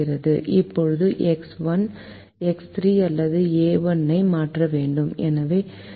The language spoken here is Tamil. இப்போது எக்ஸ் 1 எக்ஸ் 3 அல்லது ஏ 1 ஐ மாற்ற வேண்டும் எனவே விகிதங்களைக் காணலாம்